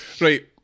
Right